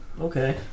Okay